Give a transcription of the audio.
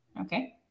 Okay